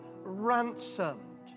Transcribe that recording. ransomed